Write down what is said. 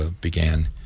began